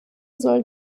soll